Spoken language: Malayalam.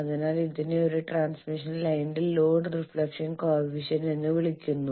അതിനാൽ ഇതിനെ ഒരു ട്രാൻസ്മിഷൻ ലൈനിന്റെ ലോഡ് റിഫ്ലക്ഷൻ കോഎഫിഷ്യന്റ് എന്ന് വിളിക്കുന്നു